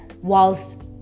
whilst